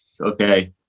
okay